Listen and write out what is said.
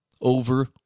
over